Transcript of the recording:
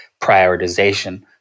prioritization